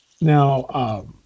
Now